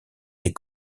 des